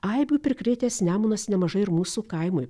aibių prikrėtęs nemunas nemažai ir mūsų kaimui